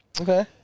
Okay